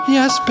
Yes